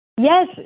yes